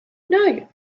know